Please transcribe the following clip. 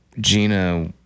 Gina